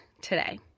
today